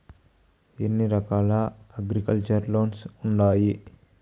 ఎన్ని రకాల agriculture loans ఉండాయి